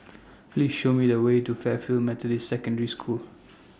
Please Show Me The Way to Fairfield Methodist Secondary School